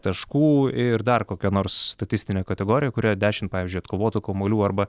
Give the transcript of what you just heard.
taškų ir dar kokia nors statistinė kategorija kurioje dešim pavyzdžiui atkovotų kamuolių arba